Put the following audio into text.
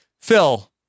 Phil